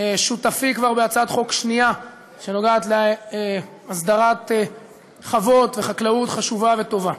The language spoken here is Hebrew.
שותפי כבר להצעת חוק שנייה שנוגעת בהסדרת חוות וחקלאות חשובה וטובה.